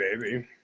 baby